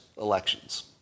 elections